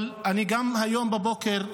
אבל היום בבוקר,